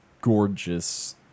gorgeous